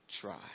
try